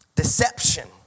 deception